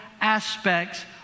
aspects